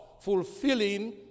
fulfilling